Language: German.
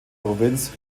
provinz